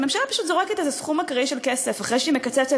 הממשלה פשוט זורקת איזה סכום אקראי של כסף אחרי שהיא מקצצת